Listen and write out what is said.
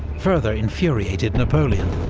further infuriated napoleon.